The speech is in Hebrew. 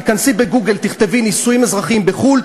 תיכנסי ותכתבי ב"גוגל": נישואים אזרחיים בחו"ל,